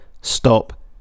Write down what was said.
stop